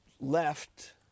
left